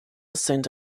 sent